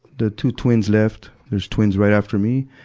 the two twins left. there's twins right after me,